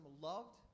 loved